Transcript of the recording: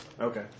Okay